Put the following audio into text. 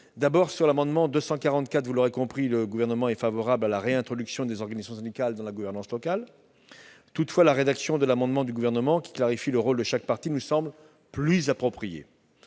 concerne l'amendement n° 244, vous l'aurez compris, le Gouvernement est favorable à la réintroduction des organisations syndicales dans la gouvernance locale. Toutefois, la rédaction de l'amendement du Gouvernement, qui clarifie le rôle de chaque partie, nous semble plus appropriée.